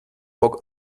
bock